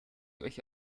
euch